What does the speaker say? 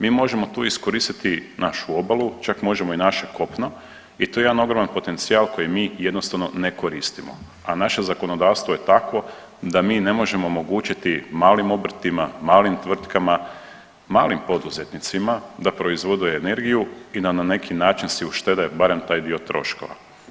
Mi možemo tu iskoristiti našu obalu čak možemo i naše kopno i to je jedan ogroman potencijal koji mi jednostavno ne koristimo, a naše zakonodavstvo je takvo da mi ne možemo omogućiti malim obrtima, malim tvrtkama, malim poduzetnicima da proizvode energiju i da neki način se uštede barem taj dio troškova.